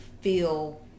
feel